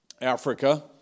Africa